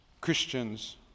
Christians